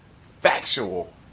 factual